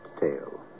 tale